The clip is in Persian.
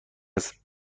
است